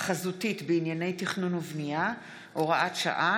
חזותית בענייני תכנון ובנייה (הוראת שעה,